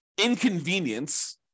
inconvenience